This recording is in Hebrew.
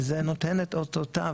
וזה נותן את אותותיו,